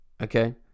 okay